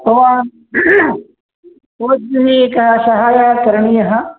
भवान् भवद्भिः किं सहायं करणीयम्